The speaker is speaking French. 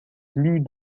plus